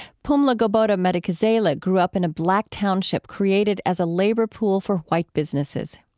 pumla gobodo-madikizela grew up in a black township created as a labor pool for white businesses.